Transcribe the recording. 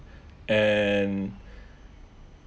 and